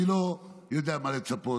אני לא יודע למה לצפות,